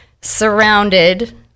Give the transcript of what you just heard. surrounded